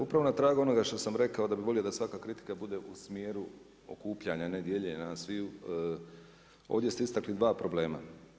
Upravo na tragu onoga što sam rekao, da bi volio da svaka kritika bude u smjeru okupljanja a ne dijeljenja nas sviju, ovdje ste istakli dva problema.